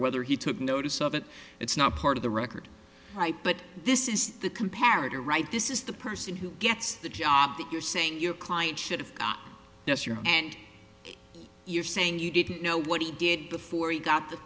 whether he took notice of it it's not part of the record right but this is the compared to right this is the person who gets the job that you're saying your client should have got this year and you're saying you didn't know what he did before he got the